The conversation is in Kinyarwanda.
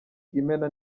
imena